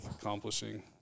accomplishing